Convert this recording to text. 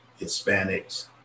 Hispanics